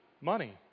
money